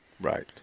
Right